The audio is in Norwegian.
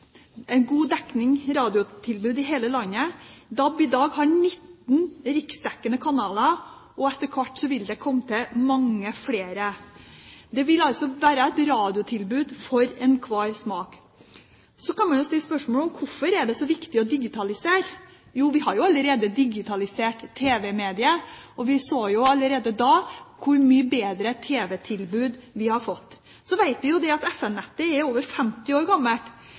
radiotilbud i hele landet. DAB har i dag 19 riksdekkende kanaler, og etter hvert vil det komme til mange flere. Det vil altså være et radiotilbud for enhver smak. Så kan man jo stille spørsmål om hvorfor det er så viktig å digitalisere. Jo, vi har allerede digitalisert tv-mediet, og vi så allerede da hvor mye bedre tv-tilbud vi fikk. Så vet vi at FM-nettet er over 50 år gammelt.